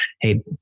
hey